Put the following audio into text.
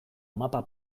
mapa